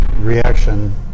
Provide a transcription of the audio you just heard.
reaction